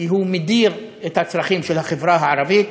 כי הוא מדיר את הצרכים של החברה הערבית.